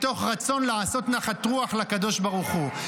מתוך רצון לעשות נחת רוח לקדוש ברוך הוא,